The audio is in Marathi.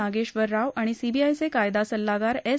नागेश्वरराव आणि सीबीआयचे कायदा सल्लागार एस